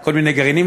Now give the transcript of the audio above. כל מיני גרעינים,